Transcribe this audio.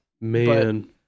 Man